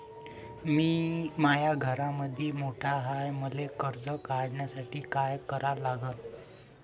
मी माया घरामंदी मोठा हाय त मले कर्ज काढासाठी काय करा लागन?